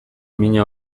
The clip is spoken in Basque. mina